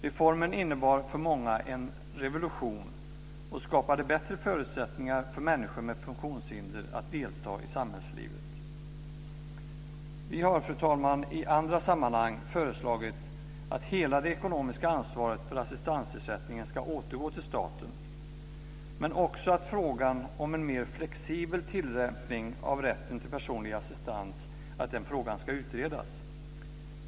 Reformen innebar för många en revolution och skapade bättre förutsättningar för människor med funktionshinder att delta i samhällslivet. Vi har, fru talman, i andra sammanhang föreslagit att hela det ekonomiska ansvaret för assistansersättningen ska återgå till staten men också att frågan om en mer flexibel tillämpning av rätten till personlig assistans ska utredas.